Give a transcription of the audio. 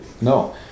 No